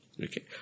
Okay